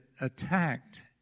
attacked